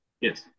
Yes